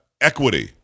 equity